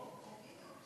הנה,